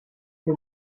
que